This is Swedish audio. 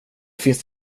finns